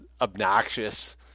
obnoxious